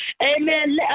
Amen